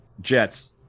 jets